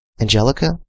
Angelica